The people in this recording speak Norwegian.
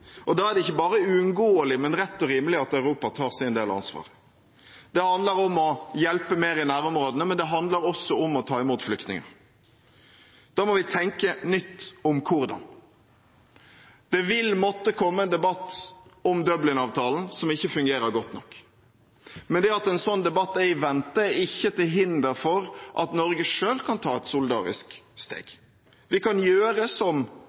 og da er det ikke bare uunngåelig, men rett og rimelig at Europa tar sin del av ansvaret. Det handler om å hjelpe mer i nærområdene, men det handler også om å ta imot flyktninger. Da må vi tenke nytt om hvordan. Det vil måtte komme en debatt om Dublin-avtalen, som ikke fungerer godt nok, men det at en sånn debatt er i vente, er ikke til hinder for at Norge selv kan ta et solidarisk steg. Vi kan gjøre som